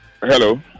Hello